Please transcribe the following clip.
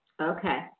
Okay